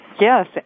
Yes